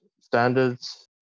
standards